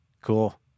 Cool